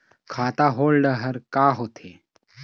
खाता holder का होथे?